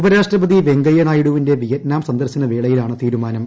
ഉപരാഷ്ട്രപതി വെങ്കയ്യ ന്നായിഡുവിന്റെ വിയറ്റ്നാം സന്ദർശനവേളയിലാണ് തീരുമാനം